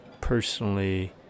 personally